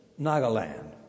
Nagaland